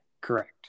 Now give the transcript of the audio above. Correct